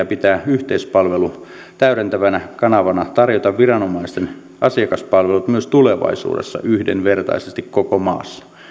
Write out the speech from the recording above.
pitää yhteispalvelu täydentävänä kanavana tarjota viranomaisten asiakaspalvelut myös tulevaisuudessa yhdenvertaisesti koko maassa